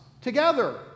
together